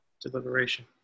Deliberation